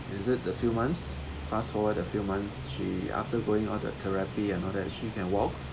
is it a few months fast forward a few months she after going on a therapy and all that she can walk